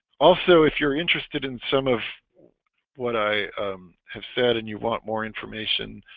also, if you're interested in some of what i have said, and you want more information,